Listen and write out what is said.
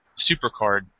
Supercard